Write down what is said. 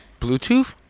Bluetooth